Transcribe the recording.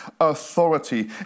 authority